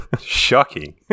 shocking